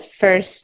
first